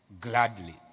gladly